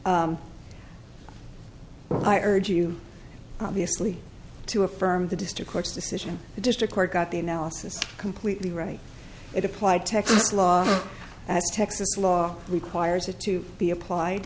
i urge you obviously to affirm the district court's decision the district court got the analysis completely right it applied texas law as texas law requires it to be applied